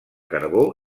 carbó